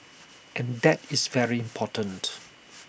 and that is very important